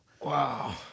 Wow